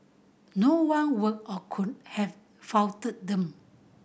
no one would or could have faulted them